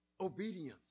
Obedience